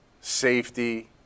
safety